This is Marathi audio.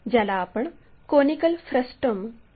ज्याला आपण कोनिकल फ्रस्टम म्हणतो